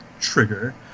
trigger